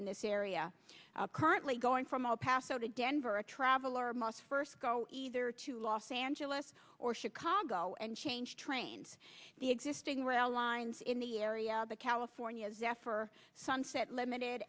in this area currently going from el paso to denver a traveler must first go either to los angeles or chicago and change trains the existing rail lines in the area the california zephyr sunset limited